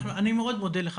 אני מאוד מודה לך,